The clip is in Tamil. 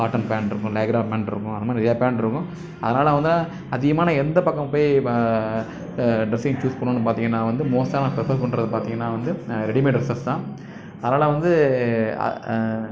காட்டன் பேண்ட்டிருக்கும் லயாக்ரா பேண்ட்டிருக்கும் அந்தமாதிரி நிறையா பேண்ட்டிருக்கும் அதனால் வந்து அதிகமாக நான் எந்த பக்கம் போய் பா ட்ரெஸ்ஸிங் சூஸ் பண்ணுவேன்னு பார்த்தீங்கன்னா வந்து மோஸ்ட்டாக நான் ஃப்ரிஃபர் பண்ணுறது பார்த்தீங்கன்னா வந்து ரெடிமேட் டிரெஸஸ் தான் அதனால் வந்து ஆ